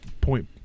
point